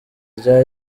rya